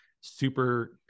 super